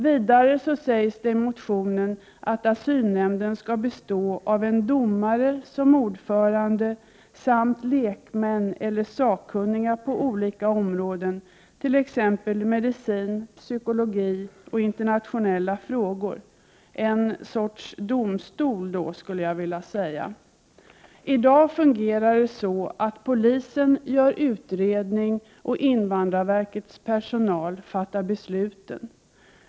Vidare sägs det i motionen att en asylnämnd skall bestå av en domare som ordförande samt lekmän eller sakkunniga på olika områden, t.ex. medicin, psykologi och internationella frågor. Det är alltså en sorts domstol. I dag fungerar det så att polisen gör utredningen och invandrarverkets personal fattar besluten.